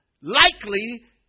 likely